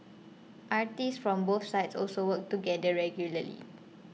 artists from both sides also work together regularly